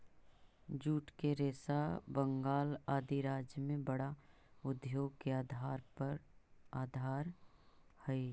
jute के रेशा बंगाल आदि राज्य में बड़ा उद्योग के आधार हई